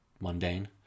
mundane